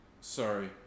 sorry